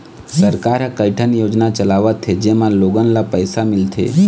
सरकार ह कइठन योजना चलावत हे जेमा लोगन ल पइसा मिलथे